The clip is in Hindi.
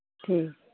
ठीक